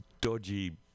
dodgy